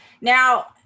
now